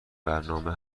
برنامه